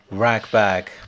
Ragbag